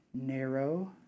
narrow